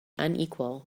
unequal